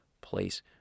place